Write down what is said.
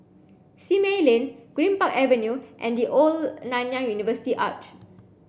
Simei Lane Greenpark Avenue and The Old Nanyang University Arch